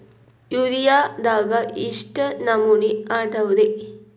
ಯೂರಿಯಾದಾಗ ಎಷ್ಟ ನಮೂನಿ ಅದಾವ್ರೇ?